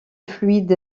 fluide